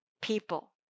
people